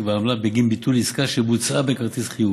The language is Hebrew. בעמלה בגין ביטול עסקה שבוצעה בכרטיס חיוב.